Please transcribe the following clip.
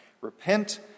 Repent